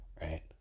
right